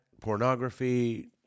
pornography